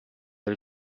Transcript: del